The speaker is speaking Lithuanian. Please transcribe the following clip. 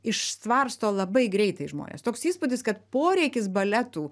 išstvarsto labai greitai žmonės toks įspūdis kad poreikis baletų